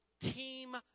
team